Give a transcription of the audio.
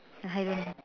I don't